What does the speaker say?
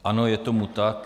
Ano, je tomu tak.